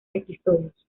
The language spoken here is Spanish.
episodios